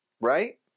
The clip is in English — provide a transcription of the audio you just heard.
right